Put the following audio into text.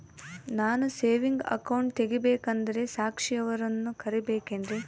ನಾನು saving account ತೆಗಿಬೇಕಂದರ ಸಾಕ್ಷಿಯವರನ್ನು ಕರಿಬೇಕಿನ್ರಿ?